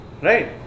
right